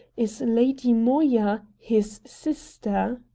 is lady moya, his sister?